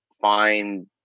find